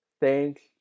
thanks